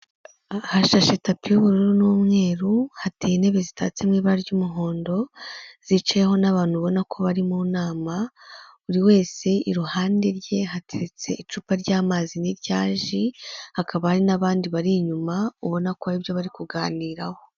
Ahashashe tapi y'ubururu n'umweru hateye intebe zitatsemo ibara ry'umuhondo, ziciho n'abantu ubona ko bari mu nama, buri wese iruhande rwe hateretse icupa ry'amazi niirya ji ikaba ari n'abandi bari inyuma ubona ko ibyo bari kuganiraho.